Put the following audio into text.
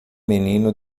menino